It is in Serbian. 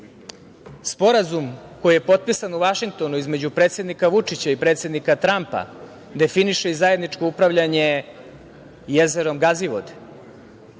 Sporazum koji je potpisan u Vašingtonu između predsednika Vučića i predsednika Trampa definiše i zajedničko upravljanje jezerom Gazivode,